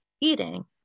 eating